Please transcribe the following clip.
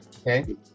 okay